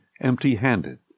empty-handed